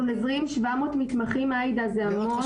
אנחנו נזרים 700 מתמחים, זה המון.